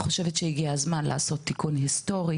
אני חושבת שהגיע הזמן לעשות תיקון היסטורי